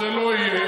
זה לא יהיה.